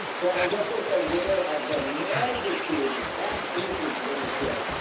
so i wasn't aware of the magnitude of tax increases in this bill.